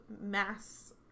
mass